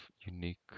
unique